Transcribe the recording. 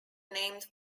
named